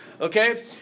Okay